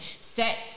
set